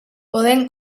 podent